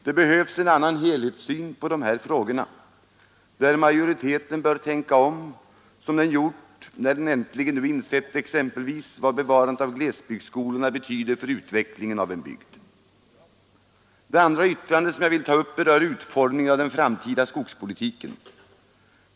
Det behövs en annan helhetssyn på de här frågorna, där majoriteten bör tänka om som den gjort när den äntligen nu insett exempelvis vad bevarandet av glesbygdsskolorna betyder för utvecklingen av en bygd. Det andra yttrandet som jag vill ta upp berör utformningen av den framtida skogspolitiken.